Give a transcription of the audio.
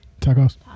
tacos